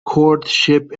courtship